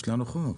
יש לנו חוק.